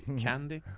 candy